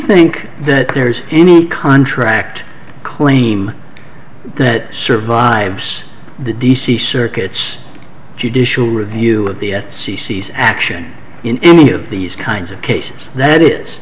think that there's any contract claim that survives the d c circuit judicial review of the c c s action in any of these kinds of cases that is